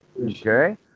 Okay